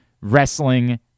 wrestling